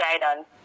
guidance